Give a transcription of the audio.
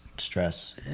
Stress